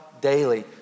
daily